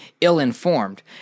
ill-informed